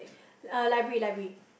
uh library library